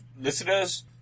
listeners